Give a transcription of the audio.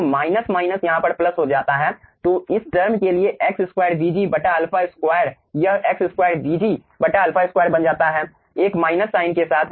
तो minus minus यहाँ पर प्लस हो जाता है और इस टर्म के लिए x2 Vg α 2 यह x2 vg α 2 बन जाता है एक माइनस साइन के साथ